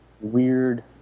weird